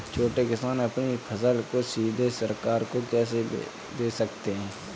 छोटे किसान अपनी फसल को सीधे सरकार को कैसे दे सकते हैं?